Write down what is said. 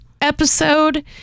episode